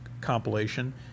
compilation